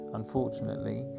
unfortunately